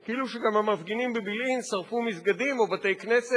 כאילו גם המפגינים בבילעין שרפו מסגדים או בתי-כנסת,